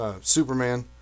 Superman